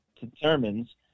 determines